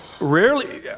rarely